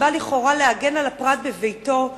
שבא לכאורה להגן על הפרט בביתו,